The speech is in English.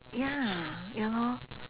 ya ya lor